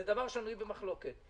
זה דבר שנוי במחלוקת.